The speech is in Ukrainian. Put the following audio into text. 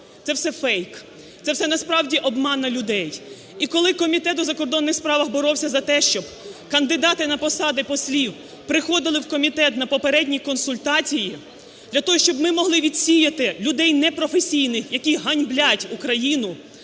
це все фейк, це все насправді обман людей. І коли Комітет у закордонних справах боровся за те, щоб кандидати на посади послів приходили в комітет на попередні консультації для того, щоб ми могли відсіяти людей непрофесійних, які ганьблять Україну,